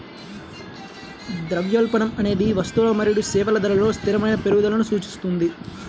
ద్రవ్యోల్బణం అనేది వస్తువులు మరియు సేవల ధరలలో స్థిరమైన పెరుగుదలను సూచిస్తుంది